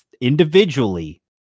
individually